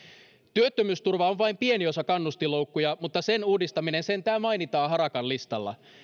työttömyysturva on vain pieni osa kannustinloukkuja mutta sen uudistaminen sentään mainitaan harakan listalla